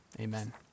amen